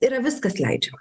yra viskas leidžiama